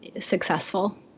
successful